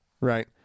right